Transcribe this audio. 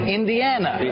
Indiana